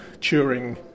Turing